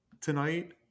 tonight